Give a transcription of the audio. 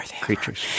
creatures